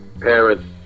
parents